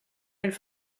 elles